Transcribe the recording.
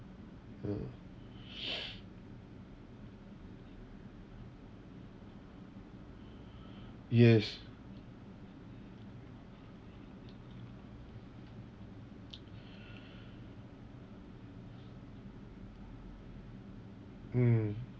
uh yes mm